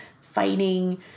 fighting